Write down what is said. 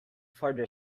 further